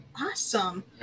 Awesome